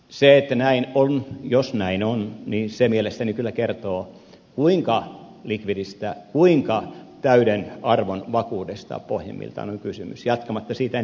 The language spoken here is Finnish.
se että näin on jos näin on mielestäni kyllä kertoo kuinka likvidistä kuinka täyden arvon vakuudesta pohjimmiltaan on kysymys jatkamatta siitä enempää